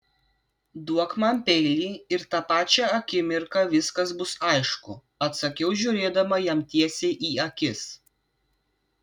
duok man peilį ir tą pačią akimirką viskas bus aišku atsakiau žiūrėdama jam tiesiai į akis